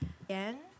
again